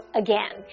again